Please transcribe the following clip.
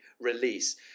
release